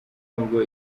nubwo